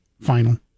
final